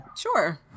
Sure